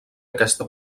aquesta